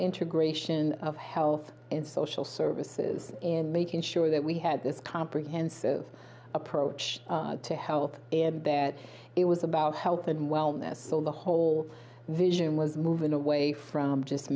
intra gratian of health and social services and making sure that we had this comprehensive approach to health and that it was about health and wellness so the whole vision was moving away from just